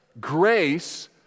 grace